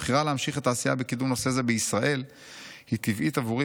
הבחירה להמשיך את העשייה בקידום נושא זה בישראל היא טבעית עבורי,